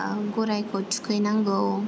गरायखौ थुखैनांगौ